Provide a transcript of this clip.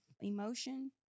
emotion